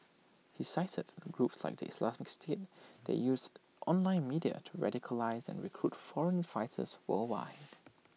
he cited groups like the Islamic state that used online media to radicalise and recruit foreign fighters worldwide